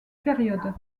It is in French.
périodes